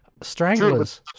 Stranglers